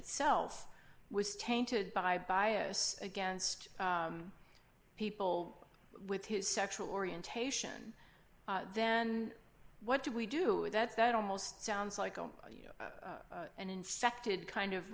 itself was tainted by bias against people with his sexual orientation then what do we do that that almost sounds like an infected kind of